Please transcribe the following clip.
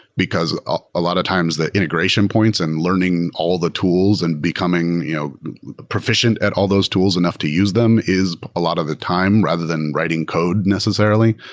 because ah a lot of times that integration points and learning all the tools and becoming you know proficient at all those tools enough to use them is a lot of the time rather than writing code necessarily.